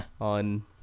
on